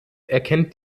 erkennt